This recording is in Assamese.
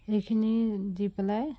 সেইখিনি দি পেলাই